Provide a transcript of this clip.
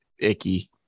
icky